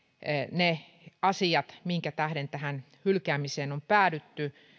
ne asiat minkä tähden tähän hylkäämiseen on päädytty